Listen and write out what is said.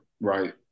right